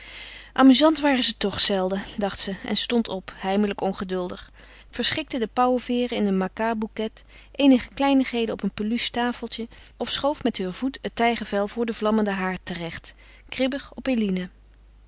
amuzant waren ze toch zelden dacht ze en stond op heimelijk ongeduldig verschikte de pauwenveêren in een makartbouquet eenige kleinigheden op een peluche tafeltje of schoof met heur voet het tijgervel voor den vlammenden haard terecht kribbig op eline